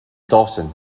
dawson